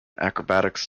acrobatics